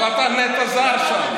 אבל אתה נטע זר שם.